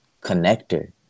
connector